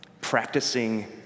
practicing